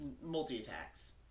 multi-attacks